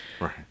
Right